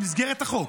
במסגרת החוק,